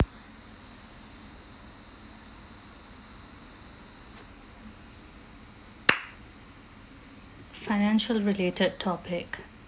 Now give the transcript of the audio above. financial related topic